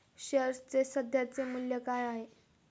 शेअर्सचे सध्याचे मूल्य काय आहे?